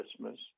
Christmas